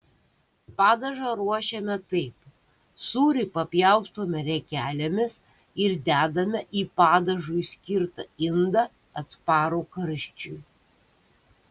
padažą ruošiame taip sūrį papjaustome riekelėmis ir dedame į padažui skirtą indą atsparų karščiui